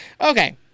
Okay